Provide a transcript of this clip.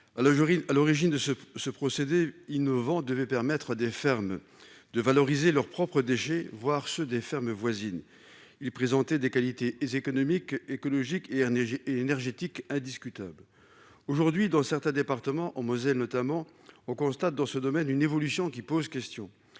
à l'origine de ce ce procédé innovant devait permettre des fermes de valoriser leurs propres déchets voir ceux des fermes voisines il présenter des qualités, économique, écologique et énergétique indiscutable aujourd'hui dans certains départements, en Moselle, notamment on constate dans ce domaine, une évolution qui pose question,